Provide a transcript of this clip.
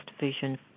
vision